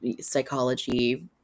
psychology